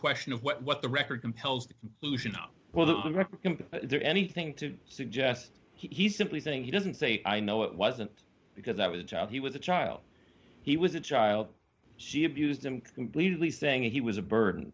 question of what the record compels to loosen up well the record there anything to suggest he's simply saying he doesn't say i know it wasn't because i was a child he was a child he was a child she abused him completely saying he was a burden